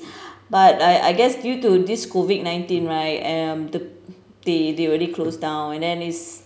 but I I guess due to this COVID nineteen right um the they they already closed down and then is